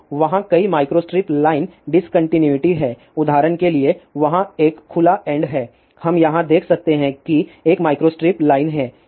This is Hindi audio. तो वहाँ कई माइक्रोस्ट्रिप लाइन डिस्कन्टिन्यूइटी हैं उदाहरण के लिए वहाँ एक खुला एन्ड है हम यहाँ देख सकते हैं कि एक माइक्रोस्ट्रिप लाइन है